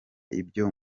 ibyo